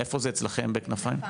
איפה זה אצלכם ב"כנפיים"?